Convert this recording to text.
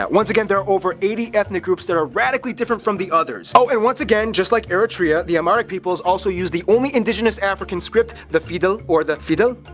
once again there are over eighty ethnic groups that are radically different from the others. oh, and once again, just like eritrea, the amharic peoples also use the only indigenous african script, the fidal, or the fidal,